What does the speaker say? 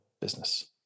business